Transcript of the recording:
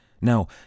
Now